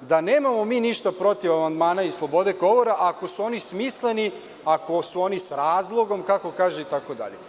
da oni nemaju ništa protiv amandmana i slobode govora, ako su oni smisleni, ako su s razlogom, itd.